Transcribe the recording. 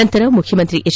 ನಂತರ ಮುಖ್ಯಮಂತ್ರಿ ಎಚ್